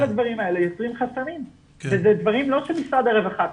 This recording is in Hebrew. כל הדברים האלה יוצרים חסמים וזה דברים לא שמשרד הרווחה קבע,